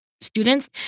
students